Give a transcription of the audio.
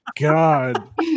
God